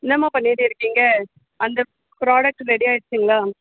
என்னம்மா பண்ணிட்டு இருக்கீங்க அந்த ப்ராடக்ட் ரெடி ஆயிடுச்சிங்களா